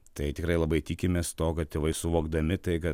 tai tikrai labai tikimės to kad tėvai suvokdami tai kad